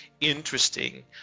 interesting